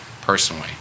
personally